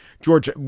George